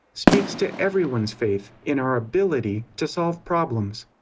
speaks to everyone's faith in our ability to solve problems.